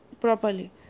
properly